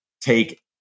take